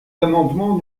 l’amendement